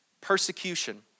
persecution